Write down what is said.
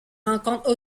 rencontre